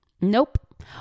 Nope